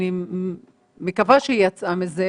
אני מקווה שהיא יצאה מזה,